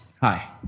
hi